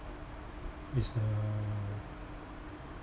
is the